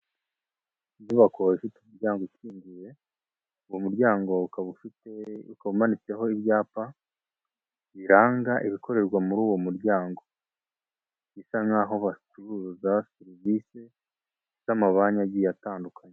Inyubako ifite umuryango ukinguye, uwo muryango ukaba ufite ukaba umanitseho ibyapa, biranga ibikorerwa muri uwo muryango, bisa nkaho bacuruza serivise z'amabanki agiye atandukanye.